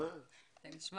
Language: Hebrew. אתם מעלים